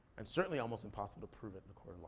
and certainly almost impossible to prove it in a court